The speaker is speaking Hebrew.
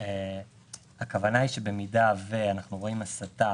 הכוונה היא שבמידה ואנחנו רואים הסטה